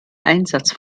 einsatz